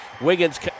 Wiggins